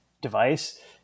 device